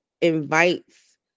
invites